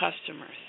customers